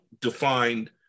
defined